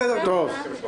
בסדר גמור.